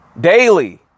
daily